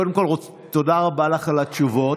קודם כול, תודה רבה לך על התשובות,